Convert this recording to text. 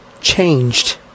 changed